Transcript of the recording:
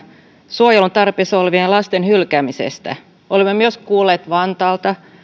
suojelun tarpeessa olevien lasten hylkäämisestä olemme myös kuulleet vantaalta